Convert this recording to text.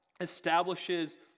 establishes